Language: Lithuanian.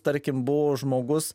tarkim buvo žmogus